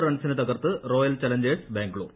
റൺസിന് തകർത്ത് Royal Challengers Bangalore